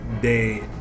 day